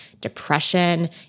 depression